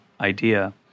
idea